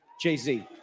Jay-Z